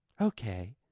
Okay